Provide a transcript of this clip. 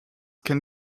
can